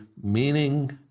meaning